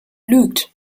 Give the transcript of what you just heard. lügt